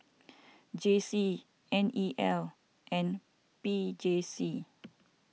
J C N E L and P J C